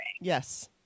yes